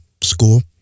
school